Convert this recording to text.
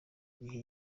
gihe